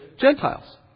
Gentiles